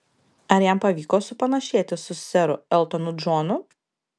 ar jam pavyko supanašėti su seru eltonu džonu